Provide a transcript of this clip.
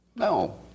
No